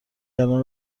الان